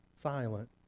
Silent